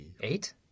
Eight